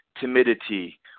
timidity